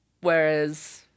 Whereas